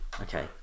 Okay